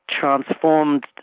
transformed